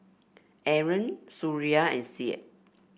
Aaron Suria and Syed